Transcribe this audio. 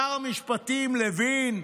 שר המשפטים לוין,